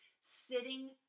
sitting